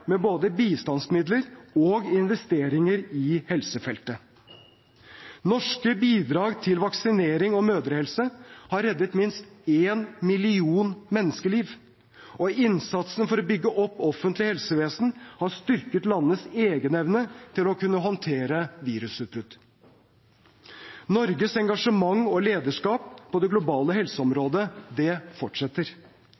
med både bistandsmidler og investeringer i helsefeltet. Norske bidrag til vaksinering og mødrehelse har reddet minst én million menneskeliv. Og innsatsen for å bygge opp offentlige helsevesen har styrket landenes egenevne til å håndtere virusutbrudd. Norges engasjement og lederskap på det globale